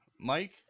Mike